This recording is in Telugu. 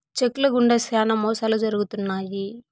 చెక్ ల గుండా శ్యానా మోసాలు జరుగుతున్నాయి